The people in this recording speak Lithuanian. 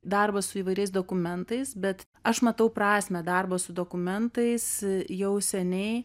darbas su įvairiais dokumentais bet aš matau prasmę darbo su dokumentais jau seniai